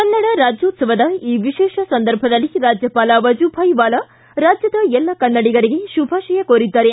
ಕನ್ನಡ ರಾಜ್ಗೋತ್ಸವದ ಈ ವಿಶೇಷ ಸಂದರ್ಭದಲ್ಲಿ ರಾಜ್ಯವಾಲ ವಜುಭಾಯ್ ವಾಲಾ ರಾಜ್ಯದ ಎಲ್ಲ ಕನ್ನಡಿಗರಿಗೆ ಶುಭಾಶಯ ಕೋರಿದ್ದಾರೆ